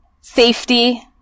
safety